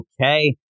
Okay